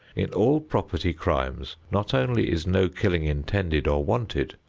in all property crimes not only is no killing intended or wanted,